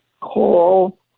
call